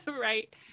right